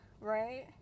right